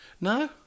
No